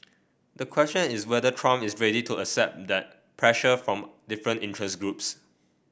the question is whether Trump is ready to accept that pressure from different interest groups